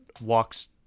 walks